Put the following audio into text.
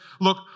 look